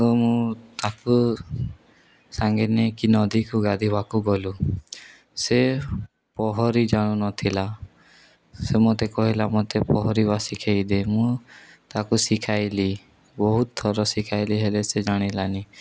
ତ ମୁଁ ତାକୁ ସାଙ୍ଗରେ ନେଇକି ନଦୀକୁ ଗାଧୋଇବାକୁ ଗଲୁ ସେ ପହଁରି ଜାଣୁନଥିଲା ସେ ମୋତେ କହିଲା ମୋତେ ପହଁରିବା ଶିଖେଇଦେ ମୁଁ ତାକୁ ଶିଖାଇଲି ବହୁତ ଥର ଶିଖାଇଲି ହେଲେ ସେ ଜାଣିଲାନି